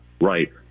Right